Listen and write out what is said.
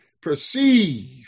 perceive